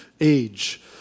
age